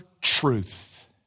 truth